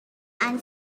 and